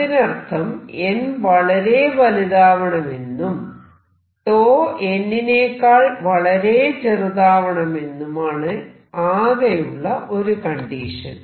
അതിനർത്ഥം n വളരെ വലുതാവണമെന്നും 𝞃 n നേക്കാൾ വളരെ ചെറുതാവണമെന്നുമാണ് ആകെയുള്ള ഒരു കണ്ടീഷൻ